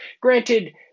Granted